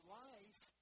life